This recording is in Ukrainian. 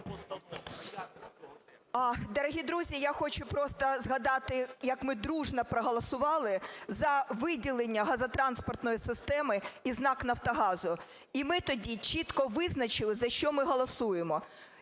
Дорогі друзі, я хочу просто згадати, як ми дружно проголосували за виділення газотранспортної системи із НАК "Нафтогазу". І ми тоді чітко визначили, за що ми голосуємо.